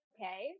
okay